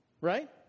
right